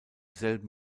selben